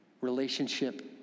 relationship